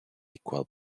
equal